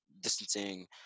distancing